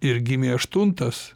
ir gimė aštuntas